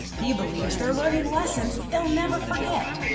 he believes they're learning lessons they'll never forget.